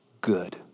Good